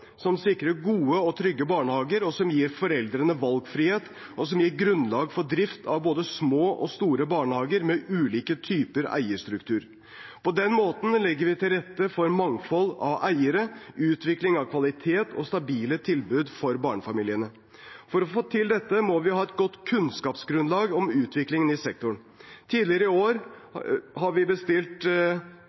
som sikrer gode og trygge barnehager, som gir foreldrene valgfrihet, og som gir grunnlag for drift av både små og store barnehager med ulike typer eierstruktur. På denne måten legger vi til rette for mangfold av eiere, utvikling av kvalitet og stabile tilbud for barnefamiliene. For å få til dette må vi ha et godt kunnskapsgrunnlag om utviklingen i sektoren. Tidligere i år bestilte vi